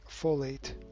folate